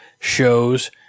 shows